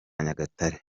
nyagatare